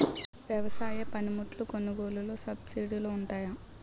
వ్యవసాయ పనిముట్లు కొనుగోలు లొ సబ్సిడీ లు వుంటాయా?